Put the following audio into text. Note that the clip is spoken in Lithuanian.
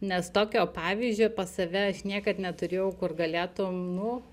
nes tokio pavyzdžio pas save aš niekad neturėjau kur galėtum nu